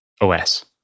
OS